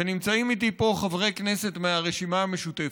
ונמצאים איתי פה חברי כנסת מהרשימה המשותפת.